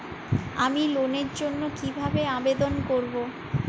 আমি লোনের জন্য কিভাবে আবেদন করব?